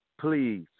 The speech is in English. please